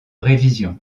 révision